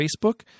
Facebook